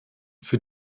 für